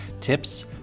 Tips